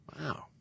Wow